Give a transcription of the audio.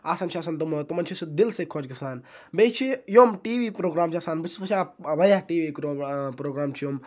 آسان چھِ آسان تِم تِمَن چھِ سُہ دِل سۭتۍ خۄش گژھان بیٚیہِ چھِ یم ٹی وی پرٛوگرامٕز آسان بہٕ چھُس وٕچھان واریاہ ٹی وی یِکۍ پرٛوگرام چھِ یِم